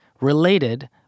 related